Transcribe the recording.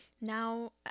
Now